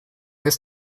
this